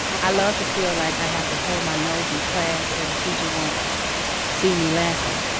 i love to feel like i have to hold my nose in class so the teacher won't see me laughing.